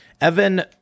Evan